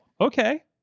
okay